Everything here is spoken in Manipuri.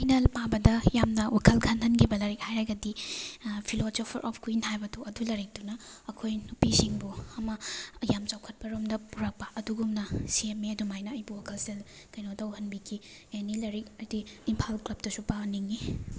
ꯑꯩꯅ ꯑꯩꯅ ꯄꯥꯕꯗ ꯌꯥꯝꯅ ꯋꯥꯈꯜ ꯈꯜꯍꯟꯈꯤꯕ ꯂꯥꯏꯔꯤꯛ ꯍꯥꯏꯔꯒꯗꯤ ꯐꯤꯂꯣꯖꯣꯐꯔ ꯑꯣꯐ ꯀ꯭ꯋꯤꯟ ꯍꯥꯏꯕꯗꯨ ꯑꯗꯨ ꯂꯥꯏꯔꯤꯛꯇꯨꯅ ꯑꯩꯈꯣꯏ ꯅꯨꯄꯤꯁꯤꯡꯕꯨ ꯑꯃ ꯌꯥꯝ ꯆꯥꯎꯈꯠꯄ ꯔꯣꯝꯗ ꯄꯨꯔꯛꯄ ꯑꯗꯨꯒꯨꯝꯅ ꯁꯦꯝꯃꯦ ꯑꯗꯨꯃꯥꯏꯅ ꯑꯩꯕꯨ ꯋꯥꯈꯜꯁꯤꯗ ꯀꯩꯅꯣ ꯇꯧꯍꯟꯕꯤꯈꯤ ꯑꯦꯅꯤ ꯂꯥꯏꯔꯤꯛ ꯍꯥꯏꯗꯤ ꯏꯝꯐꯥꯜ ꯀ꯭ꯂꯕꯇꯁꯨ ꯄꯥꯍꯟꯅꯤꯡꯉꯤ